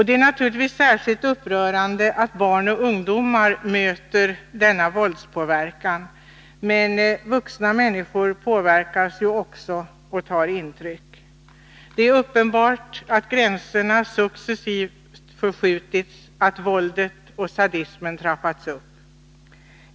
Det är naturligtvis särskilt upprörande att barn och ungdomar möter denna våldspåverkan, men vuxna människor påverkas ju också och tar intryck. Det är uppenbart att gränserna successivt förskjutits, att våldet och sadismen trappats upp.